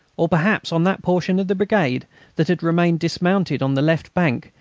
or, perhaps, on that portion of the brigade that had remained dismounted on the left bank,